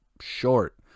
short